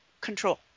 control